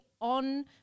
on